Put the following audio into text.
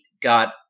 got